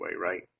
right